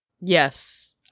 yes